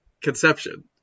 conception